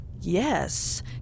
Yes